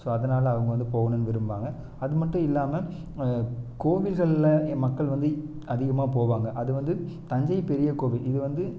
so அதனால் அவங்க வந்து போகணுன்னு விரும்புவாங்க அது மட்டும் இல்லாமல் கோவில்களில் மக்கள் வந்து அதிகமாக போவாங்க அது வந்து தஞ்சை பெரிய கோவில் இது வந்து